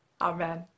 Amen